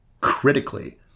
critically